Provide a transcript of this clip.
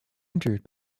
injured